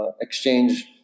exchange